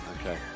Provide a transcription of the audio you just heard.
Okay